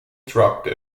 dropped